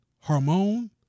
Harmon